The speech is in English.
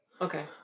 Okay